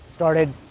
started